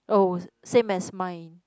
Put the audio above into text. oh same as mine